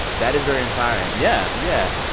that is very inspiring yeah, yeah.